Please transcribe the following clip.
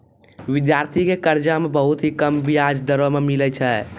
विद्यार्थी के कर्जा मे बहुत ही कम बियाज दरों मे मिलै छै